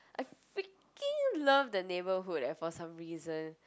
I freaking love the neighborhood leh for some reason